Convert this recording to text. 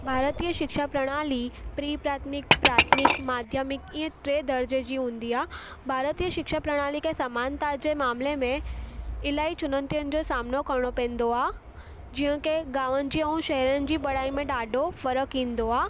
भारतीय शिक्षा प्रणाली प्रि प्राथमिक प्राथमिक माध्यमिक इअं टे दर्जे जी हूंदी आहे भारतीय शिक्षा प्रणाली खे समान्ता जे मामले में इलाही चुनौतियुनि जो सामनो करिणो पवंदो आहे जीअं की गांवनि जी ऐं शहरनि जी पढ़ाईअ में ॾाढो फ़र्क़ु ईंदो आहे